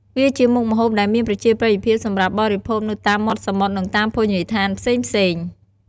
វាជាមុខម្ហូបដែលមានប្រជាប្រិយភាពសម្រាប់បរិភោគនៅតាមមាត់សមុទ្រនិងតាមភោជនីយដ្ឋានផ្សេងៗ។